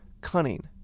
cunning